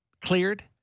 cleared